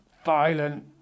violent